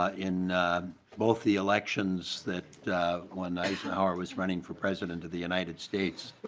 ah in both the elections that when eisenhower was running for president of the united states.